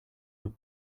were